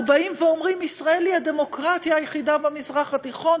אומרים: ישראל היא הדמוקרטיה היחידה במזרח התיכון,